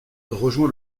rejoint